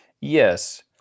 Yes